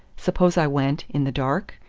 suppose i went. in the dark?